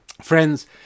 Friends